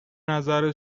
نظر